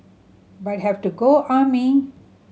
but have to go army